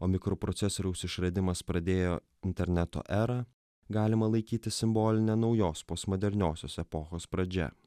o mikroprocesoriaus išradimas pradėjo interneto erą galima laikyti simboline naujos postmoderniosios epochos pradžia